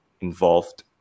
involved